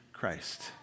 Christ